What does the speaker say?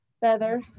feather